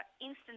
instant